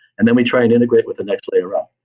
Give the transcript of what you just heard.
and then we try and integrate with the next layer up.